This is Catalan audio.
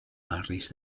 barris